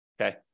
okay